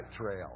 trail